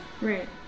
Right